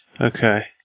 Okay